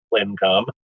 income